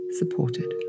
supported